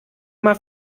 mal